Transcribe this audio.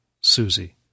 Susie